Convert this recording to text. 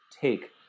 take